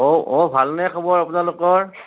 অ' অ' ভালনে খবৰ আপোনালোকৰ